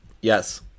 Yes